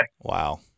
Wow